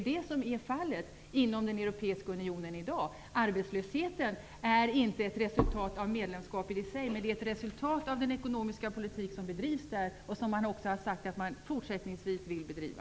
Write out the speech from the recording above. Det är fallet inom den europeiska unionen i dag: arbetslösheten är inte ett resultat av medlemskapet i sig, men den är ett resultat av den ekonomiska politik som bedrivs i EU och som man har sagt att man också fortsättningsvis vill bedriva.